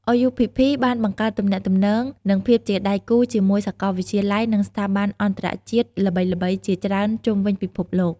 RUPP បានបង្កើតទំនាក់ទំនង និងភាពជាដៃគូជាមួយសាកលវិទ្យាល័យ និងស្ថាប័នអន្តរជាតិល្បីៗជាច្រើនជុំវិញពិភពលោក។